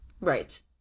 Right